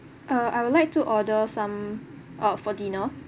uh I would like to order some uh for dinner